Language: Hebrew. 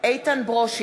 איתן ברושי,